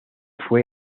fue